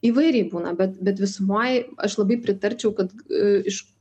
įvairiai būna bet bet visumoj aš labai pritarčiau kad iš